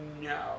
No